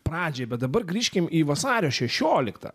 pradžiai bet dabar grįžkim į vasario šešioliktą